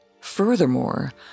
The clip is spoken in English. Furthermore